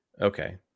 okay